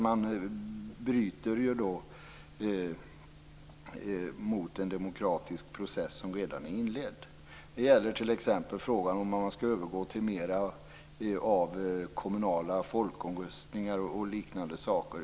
Man bryter ju då mot en demokratisk process som redan är inledd. Det gäller t.ex. frågan om man skall övergå till mer av kommunal folkomröstningar.